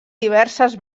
diverses